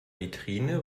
vitrine